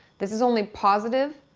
this is only positive,